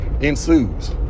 ensues